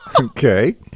Okay